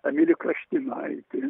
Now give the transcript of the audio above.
emilį kraštinaitį